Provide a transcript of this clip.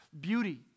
beauty